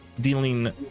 dealing